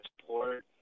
support